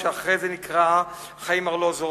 שאחרי זה נקראה "חיים ארלוזורוב",